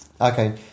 okay